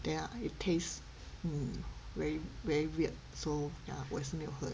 then ah it tastes hmm very very weird so yea 我也是没有喝